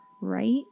right